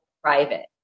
private